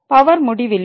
power முடிவிலி